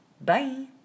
Bye